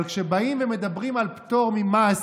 אבל כשבאים ומדברים על פטור ממס,